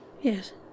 Yes